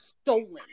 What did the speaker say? stolen